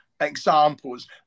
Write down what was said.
examples